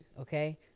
okay